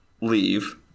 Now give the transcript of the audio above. leave